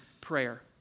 prayer